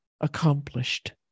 accomplished